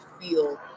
feel